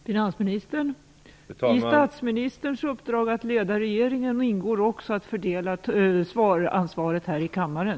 I statsministerns uppdrag att leda regeringen ingår också att fördela ansvaret för att svara på frågorna här i kammaren.